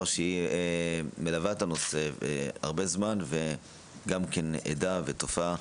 שהיא מלווה את הנושא הרבה זמן וגם כן עדה לתופעה.